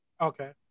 Okay